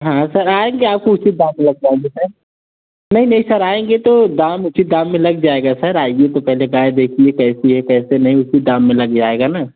हाँ सर आएँगे आपको उसी समय दाम लग जाएँगे सर नहीं नहीं सर आएँगे तो दाम उचित दाम में लग जाएगा सर आइए तो पहले गाय देखिए कैसी है कैसी नहीं है उचित दाम में लग जाएगा ना